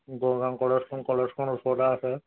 গড়গাঁও কলেজখন কলেজখন ওচৰতে আছে